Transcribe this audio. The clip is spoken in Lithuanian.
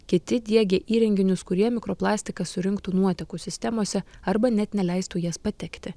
kiti diegia įrenginius kurie mikroplastiką surinktų nuotekų sistemose arba net neleistų į jas patekti